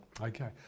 Okay